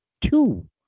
two